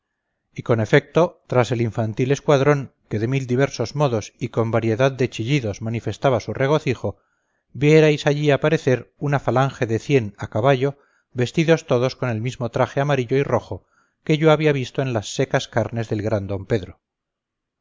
y con efecto tras el infantil escuadrón que de mil diversos modos y con variedad de chillidos manifestaba su regocijo vierais allí aparecer una falange de cien a caballo vestidos todos con el mismo traje amarillo y rojo que yo había visto en las secas carnes del gran d pedro